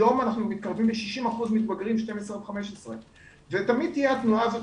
היום אנחנו מתקרבים ל-60% מתבגרים 12 עד 15. ותמיד תהיה התנועה הזאת,